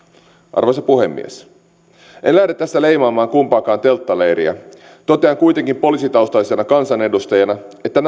arvoisa puhemies en lähde tässä leimaamaan kumpaakaan telttaleiriä totean kuitenkin poliisitaustaisena kansanedustajana että